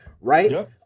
right